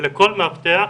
ולכל מאבטח